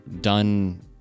done